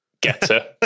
getter